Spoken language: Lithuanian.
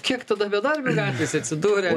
kiek tada bedarbių gatvėse atsidūrę